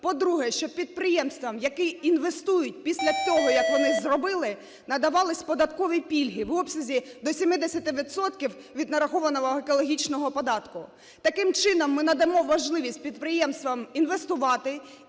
По-друге, щоб підприємствам, які інвестують, після того, як вони зробили, надавалися податкові пільги в обсязі до 70 відсотків від нарахованого екологічного податку. Таким чином ми надамо можливість підприємствам інвестувати